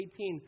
18